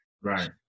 Right